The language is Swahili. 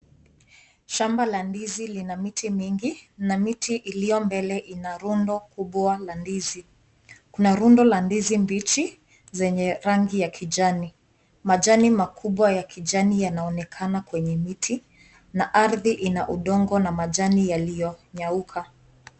Shamba la ndizi lina miti mingi na miti ilio mbele ina rundo kubwa la ndizi kuna rundo la ndizi mbichi zenye rangi ya kijani. Majani makubwa yanaonekana kwenye miti na ardi ina udongo na majani yalio nyauka.